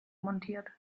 montiert